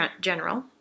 general